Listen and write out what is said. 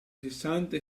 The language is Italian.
sessanta